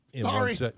Sorry